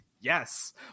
Yes